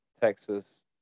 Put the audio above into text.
Texas